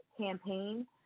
campaign